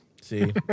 See